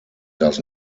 does